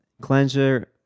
Cleanser